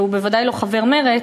והוא בוודאי לא חבר מרצ,